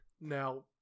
Now